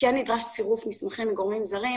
כן נדרש צירוף מסמכים מגורמים זרים